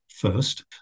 first